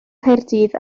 caerdydd